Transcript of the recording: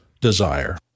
desire